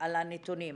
על נתונים.